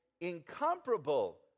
incomparable